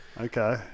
Okay